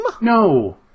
No